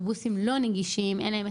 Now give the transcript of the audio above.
כי